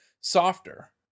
Softer